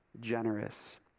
generous